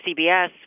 CBS